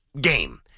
game